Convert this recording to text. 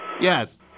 Yes